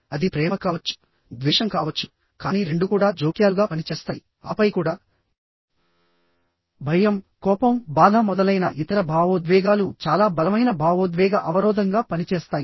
అది ప్రేమ కావచ్చు ద్వేషం కావచ్చు కానీ రెండూ కూడా జోక్యాలుగా పనిచేస్తాయి ఆపై కూడా భయం కోపం బాధ మొదలైన ఇతర భావోద్వేగాలు చాలా బలమైన భావోద్వేగ అవరోధంగా పనిచేస్తాయి